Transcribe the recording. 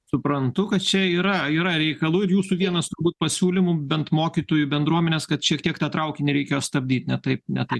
suprantu kad čia yra yra reikalų ir jūsų vienas turbūt pasiūlymų bent mokytojų bendruomenės kad šiek tiek tą traukinį reikėjo stabdyti ne taip ne taip